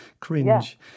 cringe